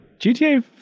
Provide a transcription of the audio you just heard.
GTA